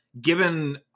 given